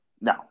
No